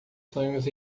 sonhos